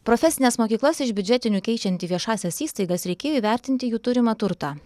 profesines mokyklas iš biudžetinių keičiant į viešąsias įstaigas reikėjo įvertinti jų turimą turtą